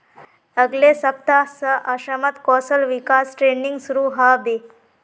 अगले सप्ताह स असमत कौशल विकास ट्रेनिंग शुरू ह बे